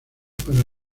para